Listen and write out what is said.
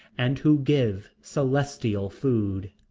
and who give celestial food.